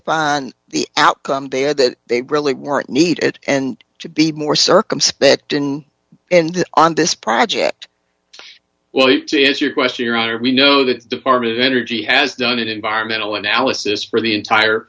upon the outcome they had that they really weren't needed and to be more circumspect in and on this project well it is your question your honor we know that the department of energy has done an environmental analysis for the entire